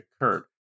occurred